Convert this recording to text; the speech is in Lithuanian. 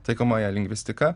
taikomąją lingvistiką